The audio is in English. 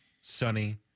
sunny